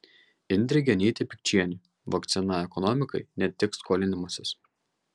indrė genytė pikčienė vakcina ekonomikai ne tik skolinimasis